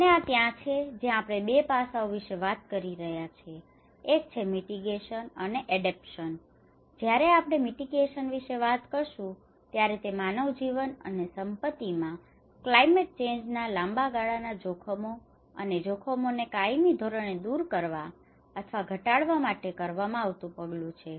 અને આ ત્યાં છે જ્યાં આપણે 2 પાસાઓ વિશે વાત કરી રહ્યા છીએ એક છે મિટિગેશન અને એડેપ્ટેશન જયારે આપણે મિટિગેશન વિશે વાત કરીશું ત્યારે તે માનવ જીવન અને સંપત્તિમાં ક્લાયમેટ ચેન્જ ના લાંબા ગાળાના જોખમો અને જોખમોને કાયમી ધોરણે દૂર કરવા અથવા ઘટાડવા માટે કરવામાં આવતું પગલું છે